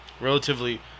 relatively